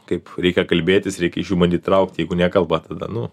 kaip reikia kalbėtis reikia įtraukti jeigu nekalba tada nu